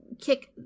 kick